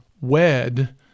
wed